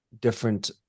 different